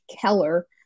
Keller